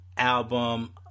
Album